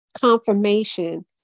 confirmation